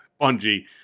Bungie